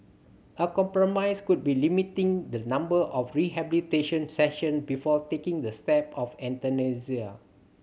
a compromise could be limiting the number of rehabilitation session before taking the step of euthanasia